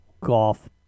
golf